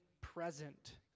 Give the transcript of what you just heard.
present